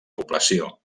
població